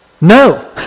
no